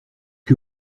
que